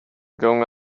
going